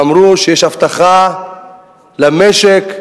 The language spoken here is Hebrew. ואמרו שיש הבטחה למשק,